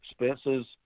expenses